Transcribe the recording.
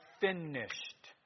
finished